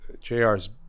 JR's